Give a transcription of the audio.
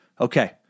okay